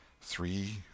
Three